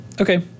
okay